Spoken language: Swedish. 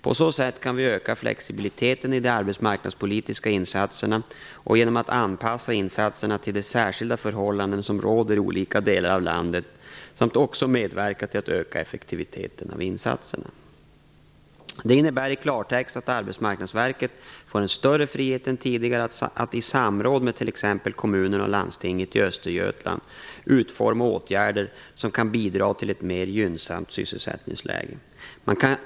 På så sätt kan vi öka flexibiliteten i de arbetsmarknadspolitiska insatserna och genom att anpassa insatserna till de särskilda förhållanden som råder i olika delar av landet samt också medverka till att öka effektiviteten av insatserna. Det innebär i klartext att Arbetsmarknadsverket får en större frihet än tidigare att i samråd med t.ex. kommunerna och landstinget i Östergötland utforma åtgärder som kan bidra till ett mer gynnsamt sysselsättningsläge.